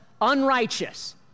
unrighteous